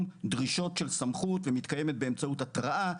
דרישות של סמכות ומתקיימת באמצעות התרעה,